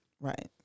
Right